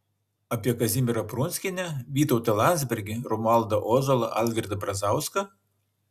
apie kazimierą prunskienę vytautą landsbergį romualdą ozolą algirdą brazauską